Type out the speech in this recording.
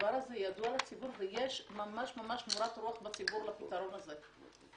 הדבר הזה ידוע לציבור ויש ממש מורת רוח בציבור על הפתרון הזה,